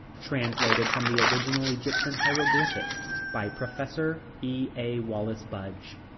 translated from the original egyptian hieroglyphics by professor e a. wallis budge